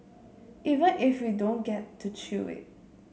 even if we don't get to chew it